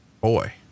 boy